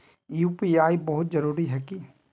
UPI बहुत जरूरी है की?